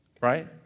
Right